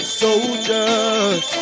soldiers